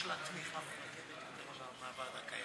לתיקון פקודת העיריות (שידור ישיבות מועצה),